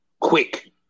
quick